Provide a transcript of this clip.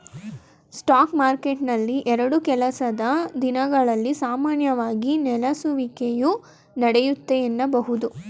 spot ಮಾರ್ಕೆಟ್ನಲ್ಲಿ ಎರಡು ಕೆಲಸದ ದಿನಗಳಲ್ಲಿ ಸಾಮಾನ್ಯವಾಗಿ ನೆಲೆಸುವಿಕೆಯು ನಡೆಯುತ್ತೆ ಎನ್ನಬಹುದು